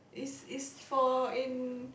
is is for in